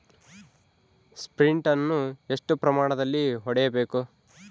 Sprint ಅನ್ನು ಎಷ್ಟು ಪ್ರಮಾಣದಲ್ಲಿ ಹೊಡೆಯಬೇಕು?